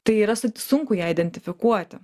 tai yra su sunku ją identifikuoti